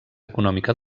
econòmica